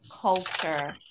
culture